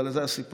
אבל זה הסיפור: